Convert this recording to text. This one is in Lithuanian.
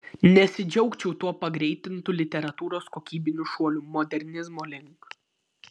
nesidžiaugčiau tuo pagreitintu literatūros kokybiniu šuoliu modernizmo link